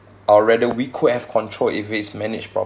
or rather we could have control if it's managed